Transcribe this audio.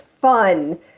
fun